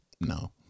no